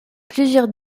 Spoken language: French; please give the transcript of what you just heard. plusieurs